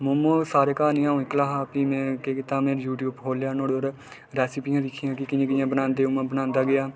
मोमोज सारे घर नेई होन में इक्कला हा फ्ही में केह् कीता में यूट्यूब खोह्लेआ ते नुहाड़े पर रैसिपियां दिक्खियां कि'यां कि'यां बनांदे में बनांदा गेआ